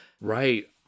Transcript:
Right